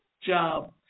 job